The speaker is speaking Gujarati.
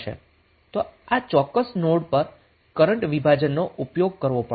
તો આ ચોક્કસ નોંડ પર કરન્ટ વિભાજનનો ઉપયોગ કરવો પડશે